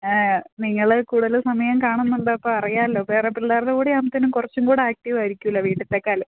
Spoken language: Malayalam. നിങ്ങള് കൂടുതല് സമയം കാണുന്നുണ്ട് അപ്പോഴറിയാമല്ലോ വേറെ പിള്ളേരുടെ കൂടെയാകുമ്പോഴത്തേക്കും കുറച്ചും കൂടെ ആക്റ്റീവ് ആയിരിക്കുമല്ലോ വീട്ടിലേതിനെക്കാളും